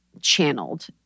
channeled